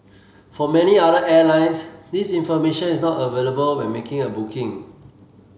for many other airlines this information is not available when making a booking